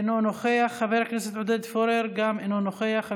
אינו נוכח, חבר הכנסת עודד פורר, גם אינו נוכח.